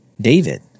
David